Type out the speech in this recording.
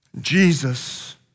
Jesus